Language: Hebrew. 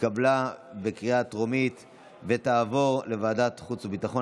התקבלה בקריאה הטרומית ותעבור לוועדת החוץ והביטחון,